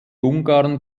ungarn